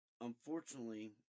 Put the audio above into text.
Unfortunately